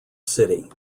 city